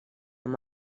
amb